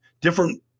different